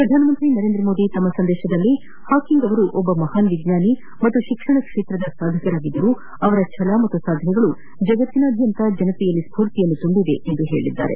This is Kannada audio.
ಪ್ರಧಾನಮಂತ್ರಿ ನರೇಂದ್ರ ಮೋದಿ ತಮ್ಮ ಸಂದೇಶದಲ್ಲಿ ಹಾಕಿಂಗ್ ಅವರು ಒಬ್ಬ ಮಹಾನ್ ವಿಜ್ಞಾನಿ ಹಾಗೂ ಶಿಕ್ಷಣ ಕ್ಷೇತ್ರದ ಸಾಧಕರಾಗಿದ್ದರು ಅವರ ಛಲ ಮತ್ತು ಸಾಧನೆಗಳು ಜಗತ್ತಿನಾದ್ಯಂತ ಜನತೆಯಲ್ಲಿ ಸ್ಪೂರ್ತಿಯನ್ನು ತುಂಬಿದೆ ಎಂದಿದ್ದಾರೆ